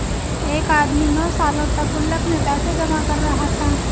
एक आदमी नौं सालों तक गुल्लक में पैसे जमा कर रहा था